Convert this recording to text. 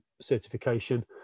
certification